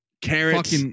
Carrots